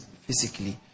physically